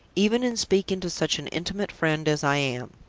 even in speaking to such an intimate friend as i am.